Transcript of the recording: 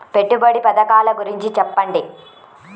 పెట్టుబడి పథకాల గురించి చెప్పండి?